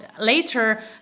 later